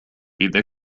إذا